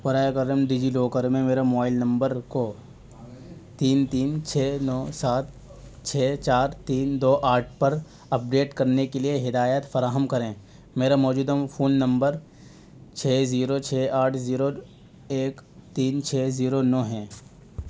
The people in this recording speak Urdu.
برائے کرم ڈیجی لاکر میں میرا موائل نمبر کو تین تین چھ نو سات چھ چار تین دو آٹھ پر اپڈیٹ کرنے کے لیے ہدایت فراہم کریں میرا موجودہ فون نمبر چھ زیرو چھ آٹھ زیرو ایک تین چھ زیرو نو ہے